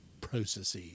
processes